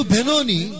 Benoni